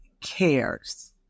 cares